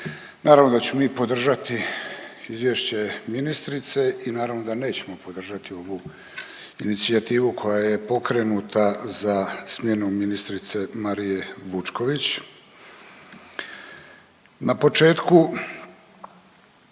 naravno da ćemo mi podržati izvješće ministre i naravno da nećemo podržati ovu inicijativu koja je pokrenuta za smjenom ministrice Marije Vučković. Na početku